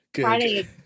friday